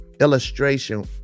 illustration